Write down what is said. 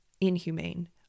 inhumane